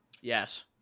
Yes